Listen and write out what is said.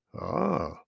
Ah